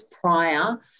prior